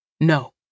No